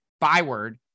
ByWord